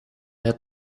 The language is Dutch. het